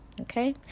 Okay